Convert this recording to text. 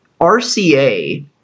RCA